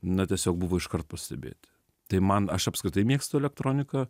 na tiesiog buvo iškart pastebėti tai man aš apskritai mėgstu elektroniką